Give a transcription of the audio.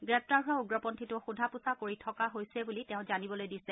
গ্ৰেপ্তাৰ হোৱা উগ্ৰপন্থীটোক সোধা পোছা কৰি থকা বুলি তেওঁ জানিবলৈ দিছে